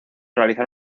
realizar